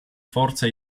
forza